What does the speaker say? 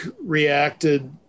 reacted